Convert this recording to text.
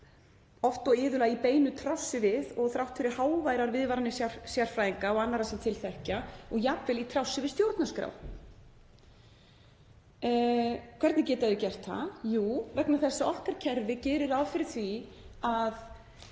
oft og iðulega í beinu trássi við og þrátt fyrir háværar viðvaranir sérfræðinga og annarra sem til þekkja og jafnvel í trássi við stjórnarskrá. Hvernig getur það gerst? Jú, vegna þess að okkar kerfi gerir ráð fyrir því að